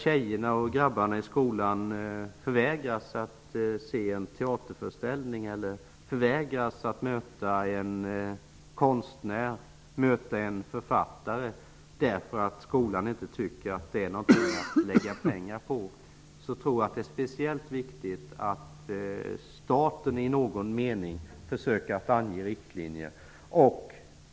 Flickorna och pojkarna i skolan förvägras att se en teaterföreställning och att möta en konstnär eller en författare, därför att skolan inte tycker att det är någonting att lägga pengar på. Jag tror att det är speciellt viktigt att staten i någon mening försöker ange riktlinjer.